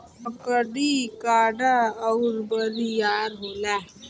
लकड़ी कड़ा अउर बरियार होला